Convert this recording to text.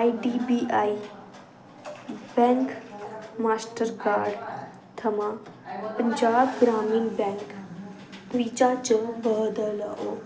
IDBI bank master card थमां Punjab Gramin bank Visa च बदलो